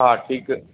हा ठीकु